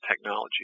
technology